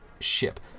ship